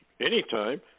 anytime